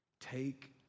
take